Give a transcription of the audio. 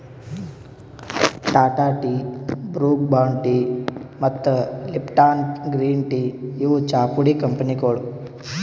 Tata tea, Brooke Bond tea ಮತ್ತ್ Lipton green tea ಇವ್ ಚಾಪುಡಿ ಕಂಪನಿಗೊಳ್